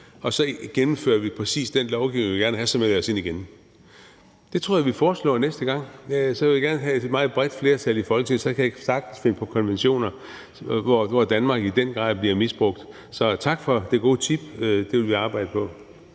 og så gennemfører vi præcis den lovgivning, vi gerne vil have, og så melder vi os ind igen. Det tror jeg at vi foreslår næste gang; hvis jeg gerne vil have et meget bredt flertal i Folketinget, kan jeg sagtens finde konventioner, hvor Danmark i den grad bliver misbrugt. Så tak for det gode tip – det vil vi arbejde på.